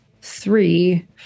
three